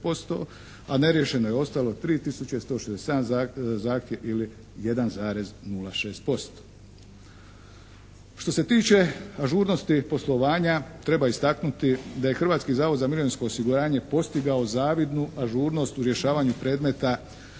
a neriješeno je ostalo 3 tisuće 167 zahtjeva ili 1,06%. Što se tiče ažurnosti poslovanja treba istaknuti da je Hrvatski zavod za mirovinsko osiguranje postigao zavidnu ažurnost u rješavanju predmeta.